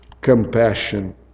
compassion